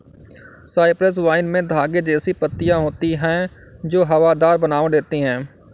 Cyprus vine में धागे जैसी पत्तियां होती हैं जो हवादार बनावट देती हैं